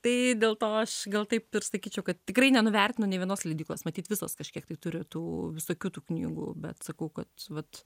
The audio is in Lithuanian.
tai dėl to aš gal taip ir sakyčiau kad tikrai nenuvertinu nė vienos leidyklos matyt visos kažkiek tai turi tų visokių tų knygų bet sakau kad vat